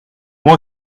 moi